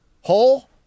Hole